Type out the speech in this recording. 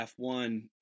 F1